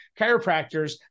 chiropractors